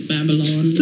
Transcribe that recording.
Babylon